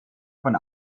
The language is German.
von